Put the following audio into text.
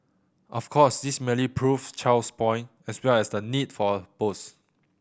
of course this merely proves Chow's point as well as and the need for her post